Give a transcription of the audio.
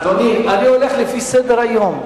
אדוני, אני הולך לפי סדר-היום.